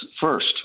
First